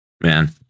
Man